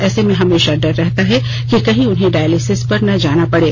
ऐसे में हमेशा डर रहता है कि कहीं उन्हें डायलिसिस पर न जाना पड़े